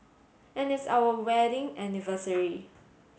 and it's our wedding anniversary